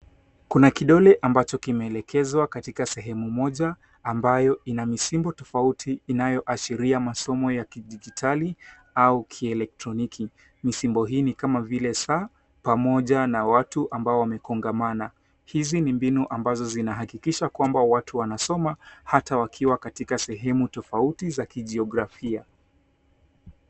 kuna kidole ambacho kimelekezwa katika sehemu moja ambayo ina misimbo tofauti inayoashiria masomo ya kidijitali au kielektroniki misimbo hii ni kama vile saa pamoja na watu ambao wamekongamana hizi ni mbinu ambazo zinahakikisha kwamba watu wanasoma hata wakiwa katika sehemu tofauti za kijiografia